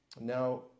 now